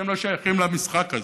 כי הם לא שייכים למשחק הזה,